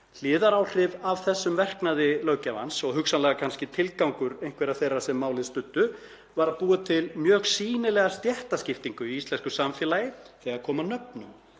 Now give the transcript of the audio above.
Hliðaráhrif af þessum verknaði löggjafans og hugsanlega tilgangur einhverra þeirra sem málið studdu var að búa til mjög sýnilega stéttaskiptingu í íslensku samfélagi þegar kom að nöfnum,